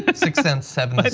but six sense, seventh